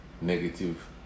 negative